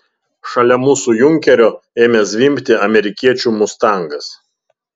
šalia mūsų junkerio ėmė zvimbti amerikiečių mustangas